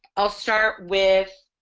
i'll start with